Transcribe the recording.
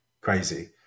crazy